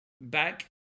back